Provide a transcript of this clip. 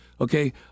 Okay